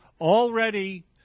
already